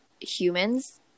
humans